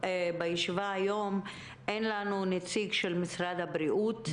אין לנו בישיבה היום נציג של משרד הבריאות.